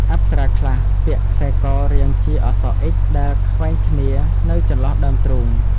អប្សរាខ្លះពាក់ខ្សែករាងជាអក្សរ "X" ដែលខ្វែងគ្នានៅចន្លោះដើមទ្រូង។